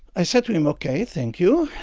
i said to him, ok, thank you.